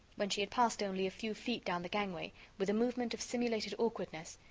when she had passed only a few feet down the gangway, with a movement of simulated awkwardness,